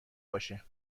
باشه